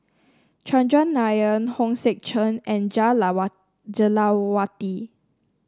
Chandran Nair Hong Sek Chern and Jah Jah Lelawati